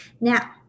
Now